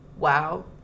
Wow